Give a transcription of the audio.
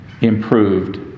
improved